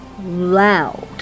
loud